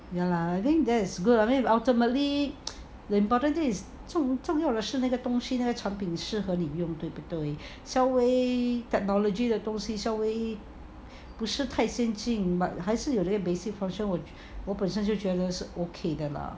ya lah I think that is good lah I mean if ultimately the important thing is 重要的是那个东西那个产品适合你用对不对稍微 technology 的东西稍微不是太先进还是有那个 basic function 我本身就觉得是 okay 的 lah